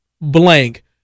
Blank